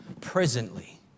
presently